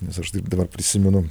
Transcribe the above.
nes aš taip dabar prisimenu